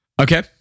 okay